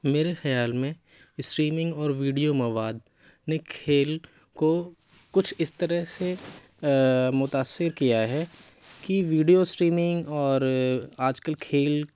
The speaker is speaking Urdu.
میرے خیال میں اسٹریمنگ اور ویڈیو مواد نے کھیل کو کچھ اِس طرح سے متاثر کیا ہے کہ ویڈیو اسٹریمنگ اور آج کل کھیل